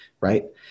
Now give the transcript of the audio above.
right